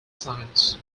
science